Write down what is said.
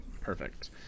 Perfect